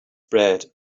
bread